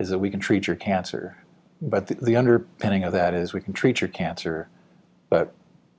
is that we can treat your cancer but the underpinning of that is we can treat your cancer but